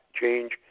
change